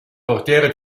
portiere